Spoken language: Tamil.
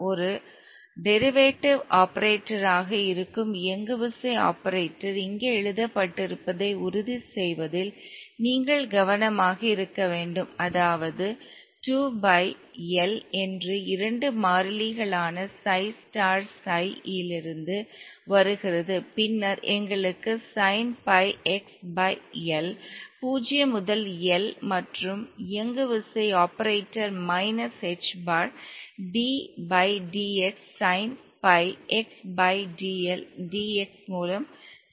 ஒரு டெரிவேட்டிவ் ஆபரேட்டராக இருக்கும் இயங்குவிசை ஆபரேட்டர் இங்கே எழுதப்பட்டிருப்பதை உறுதி செய்வதில் நீங்கள் கவனமாக இருக்க வேண்டும் அதாவது 2 பை L என்பது இரண்டு மாறிலிகளான சை ஸ்டார் சை யிலிருந்து வருகிறது பின்னர் எங்களுக்கு sine pi x by L 0 முதல் L மற்றும் இயங்குவிசை operator minus h bar d by dx sine pi x by L dx மூலம் செயல்படுகிறது